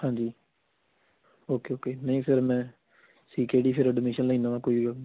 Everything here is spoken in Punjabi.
ਹਾਂਜੀ ਓਕੇ ਓਕੇ ਨਹੀਂ ਸਰ ਮੈਂ ਸੀ ਕੇ ਡੀ ਫਿਰ ਐਡਮਿਸ਼ਨ ਲੈਂਦਾ ਵਾ ਕੋਈ ਗੱਲ ਨਹੀਂ